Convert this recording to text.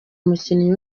umukinnyi